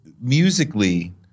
musically